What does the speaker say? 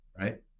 right